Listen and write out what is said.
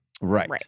Right